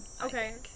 Okay